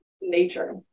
nature